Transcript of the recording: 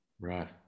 right